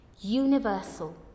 universal